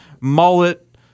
mullet